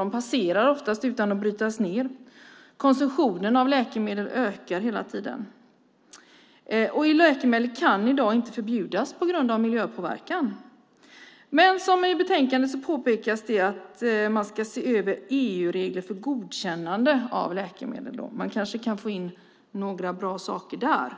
De passerar oftast utan att brytas ned. Konsumtionen av läkemedel ökar hela tiden. Och läkemedel kan i dag inte förbjudas på grund av miljöpåverkan. Men i betänkandet påpekas det att man ska se över EU-regler för godkännande av läkemedel. Man kanske kan få in några bra saker där.